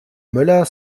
möller